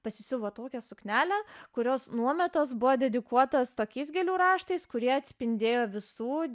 pasisiuvo tokią suknelę kurios nuometas buvo dedikuotas tokiais gėlių raštais kurie atspindėjo visų